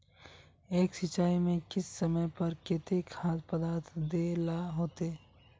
एक सिंचाई में किस समय पर केते खाद पदार्थ दे ला होते?